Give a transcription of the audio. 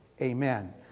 Amen